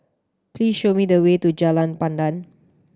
please show me the way to Jalan Pandan